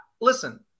listen